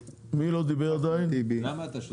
דוד,